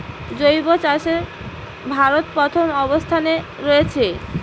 জৈব চাষে ভারত প্রথম অবস্থানে রয়েছে